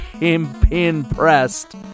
impressed